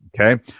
Okay